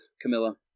Camilla